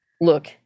look